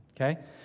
Okay